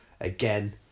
again